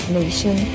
nation